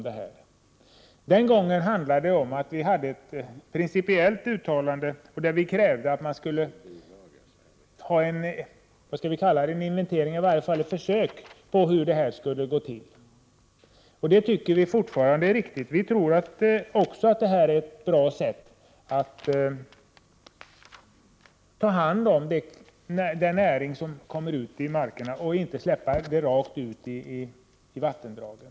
Den gången handlade det om att vi hade ett principiellt uttalande. Vi krävde att man åtminstone skulle undersöka hur det hela skulle gå till. Fortfarande har vi samma inställning. Också vi tror att det här är ett bra sätt att ta hand om den näring som kommer ut i markerna, så att den inte släpps ut i vattendragen.